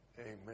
Amen